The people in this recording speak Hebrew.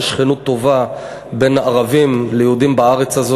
שכנות טובה בין ערבים ליהודים בארץ הזאת.